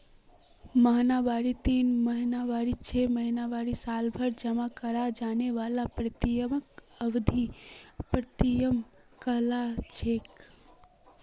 महिनावारी तीन महीनावारी छो महीनावारी सालभरत जमा कराल जाने वाला प्रीमियमक अवधिख प्रीमियम कहलाछेक